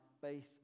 faith